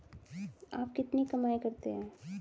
आप कितनी कमाई करते हैं?